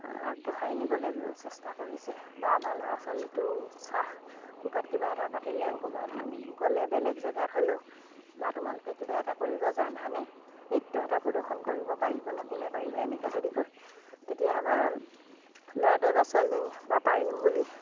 আগবঢ়াই নিবলৈ চেষ্টা কৰিছে বা আমাৰ ল'ৰা ছোৱালীটোও উৎসাহ ক'ৰবাত কিবা এটা পাতিলে ক'ৰবাত গ'লে বেলেগ জেগাত হ'লেও বা তোমালোকে কিবা এটা কৰিব জানানে নৃত্য এটা প্ৰদৰ্শন কৰিব পাৰিবানে কোনে পাৰিবা এনেকৈ যদি কয় তেতিয়া আমাৰ ল'ৰাটোৱে বা ছোৱালীজনীয়ে বা পাৰিম বুলি